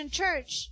church